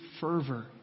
fervor